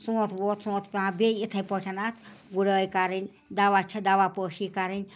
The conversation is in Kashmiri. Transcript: سوٗنٛتھ ووت سوٗنٛتھ چھِ پٮ۪وان بیٚیہِ اِتھٕے پٲٹھ اَتھ گُڑٲیۍ کَرٕنۍ دوا چھِ دوا پٲشی کَرٕنۍ